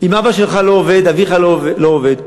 אביך לא עובד,